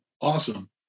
awesome